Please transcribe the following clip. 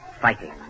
Fighting